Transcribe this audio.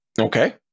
Okay